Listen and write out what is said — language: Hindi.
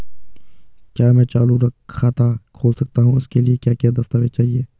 क्या मैं चालू खाता खोल सकता हूँ इसके लिए क्या क्या दस्तावेज़ चाहिए?